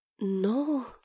No